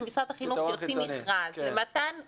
שמשרד החינוך יוציא מכרז לתוכניות